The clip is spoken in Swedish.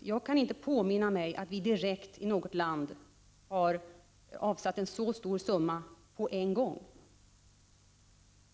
Jag kan inte påminna mig att vi direkt i något land har avsatt en så stor summa pengar på en gång.